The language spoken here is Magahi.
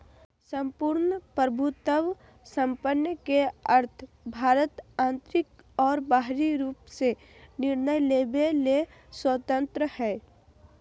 सम्पूर्ण प्रभुत्वसम्पन् के अर्थ भारत आन्तरिक और बाहरी रूप से निर्णय लेवे ले स्वतन्त्रत हइ